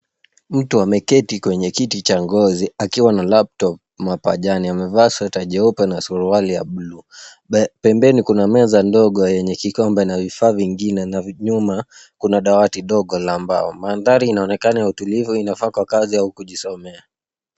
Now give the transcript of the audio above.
Mtu ameketi kwenye kiti cha ngozi, akiwa na laptop mapajani. Amevaa sweta jeupe na suruali ya blue . Pembeni kuna meza ndogo yenye kikombe na vifaa vingine na nyuma kuna dawati ndogo la mbao. Mandhari inaonekana ya utulivu inafaa kwa kazi au kujisomea.